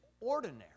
ordinary